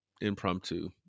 impromptu